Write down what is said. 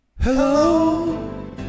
Hello